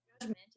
judgment